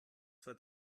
wird